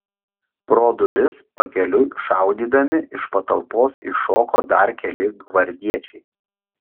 pro duris pakeliui šaudydami iš patalpos iššoko dar keli gvardiečiai